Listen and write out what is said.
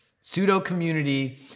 Pseudo-community